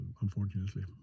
unfortunately